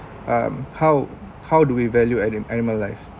um how how do we value an an animal life